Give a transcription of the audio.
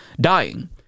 dying